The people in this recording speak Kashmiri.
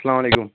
اسلام علیکُم